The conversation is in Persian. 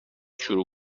شروع